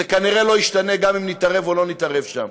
וזה כנראה לא ישתנה גם אם נתערב וגם אם לא נתערב שם.